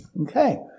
Okay